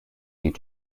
you